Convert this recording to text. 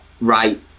right